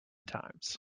times